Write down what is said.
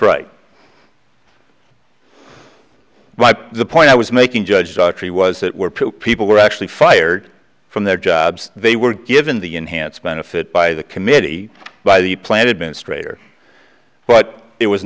right but the point i was making judge daughtry was that were two people were actually fired from their jobs they were given the enhanced benefit by the committee by the plan administrator but it was